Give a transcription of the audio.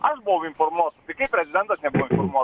aš buvau informuotas tai kaip prezidentas nebuvo informuotas